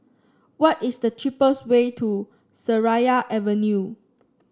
what is the cheapest way to Seraya Avenue